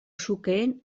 zukeen